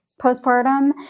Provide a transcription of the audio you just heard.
postpartum